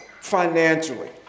financially